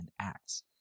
acts